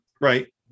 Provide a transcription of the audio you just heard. right